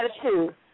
attitude